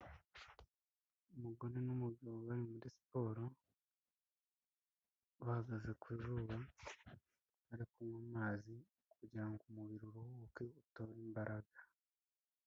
Umugore n'umugabo bari muri siporo, bahagaze ku zuba, bari kunywa amazi kugira ngo umubiri uruhuke utore imbaraga.